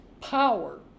power